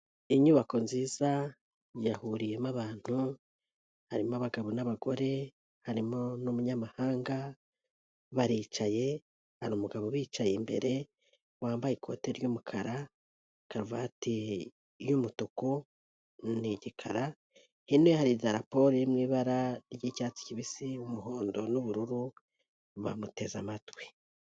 Inyubako nziza yahuriyemo abantu harimo abagabo n'abagore, harimo n'umunyamahanga baricaye, hari umugabo ubicaye imbere wambaye ikoti ry'umukara, karuvati y'umutuku, ni igikara, hino ye hari idarapo riri mu ibara ry'icyatsi kibisi, umuhondo n'ubururu, bamuteze amatwi.